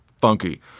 funky